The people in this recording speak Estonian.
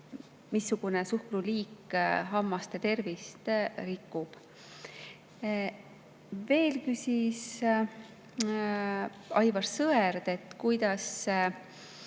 missugune suhkruliik hammaste tervist rikub. Veel küsis Aivar Sõerd, kuidas